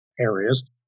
areas